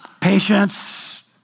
Patience